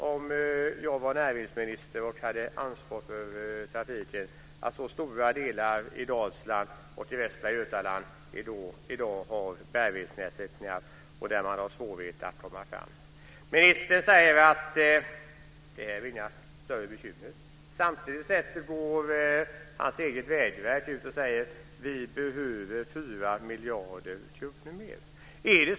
Om jag var näringsminister och hade ansvar för trafiken skulle jag vara oroad över att så stora delar av vägarna i Dalsland och Västra Götaland i dag har bärighetsnedsättningar och att det är svårt att komma fram. Ministern säger att det inte är några större bekymmer. Samtidigt säger hans egna vägverk att man behöver 4 miljarder kronor mer.